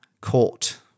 caught